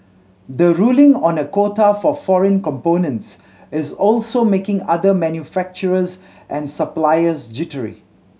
the ruling on a quota for foreign components is also making other manufacturers and suppliers jittery